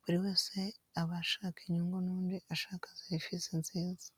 buri wese haba ashaka inyungu n'undi ushaka serivise nziza.